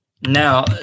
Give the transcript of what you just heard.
Now